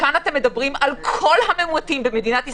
כאן אתם מדברים על כל המאומתים במדינת ישראל,